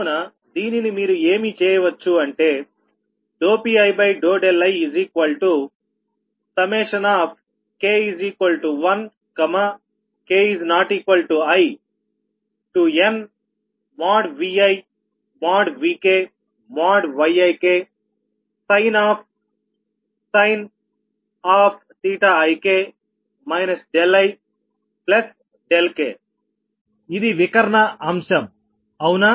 కావున దీనిని మీరు ఏమి చేయవచ్చు అంటే Piik1k≠inViVkYiksin ik ik ఇది వికర్ణ అంశం అవునా